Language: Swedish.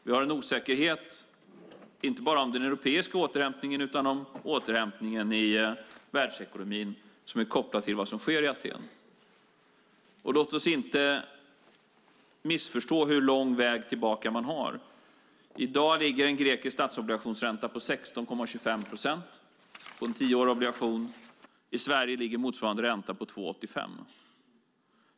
Vi har en osäkerhet inte bara om den europeiska återhämtningen utan om återhämtningen i världsekonomin som är kopplad till det som sker i Aten. Låt oss inte missförstå hur lång väg tillbaka man har. I dag ligger en grekisk statsobligationsränta på 16,25 procent, och på en tioårig obligation i Sverige ligger motsvarande ränta på 2,85.